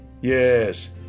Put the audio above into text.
Yes